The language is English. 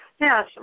Yes